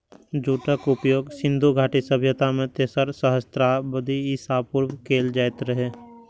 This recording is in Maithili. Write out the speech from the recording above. जूटक उपयोग सिंधु घाटी सभ्यता मे तेसर सहस्त्राब्दी ईसा पूर्व कैल जाइत रहै